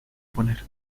poner